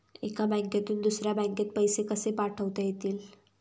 एका बँकेतून दुसऱ्या बँकेत पैसे कसे पाठवता येतील?